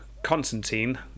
Constantine